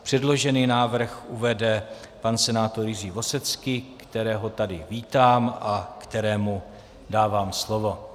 Předložený návrh uvede pan senátor Jiří Vosecký, kterého tady vítám a kterému dávám slovo.